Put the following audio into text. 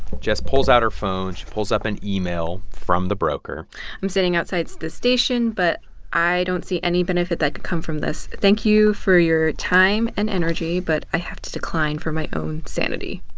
jess pulls out her phone. she pulls up an email from the broker i'm sitting outside the station, but i don't see any benefit that could come from this. thank you for your time and energy. but i have to decline for my own sanity